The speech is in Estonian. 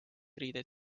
riideid